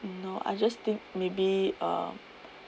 no I just think maybe uh